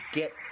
get